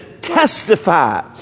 testify